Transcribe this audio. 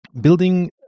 building